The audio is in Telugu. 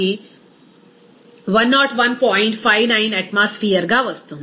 59 అట్మాస్ఫియర్ గా వస్తుంది